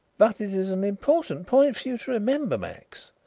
but it is an important point for you to remember, max,